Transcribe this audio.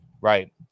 Right